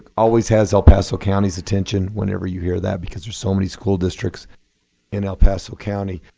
always has el paso county's attention whenever you hear that because there's so many school districts in el paso county.